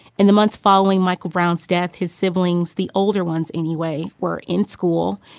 in the months following michael brown's death, his siblings the older ones anyway were in school.